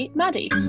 maddie